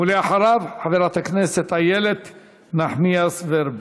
ואחריו חברת הכנסת איילת נחמיאס ורבין.